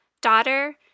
Daughter